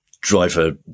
Driver